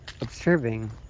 observing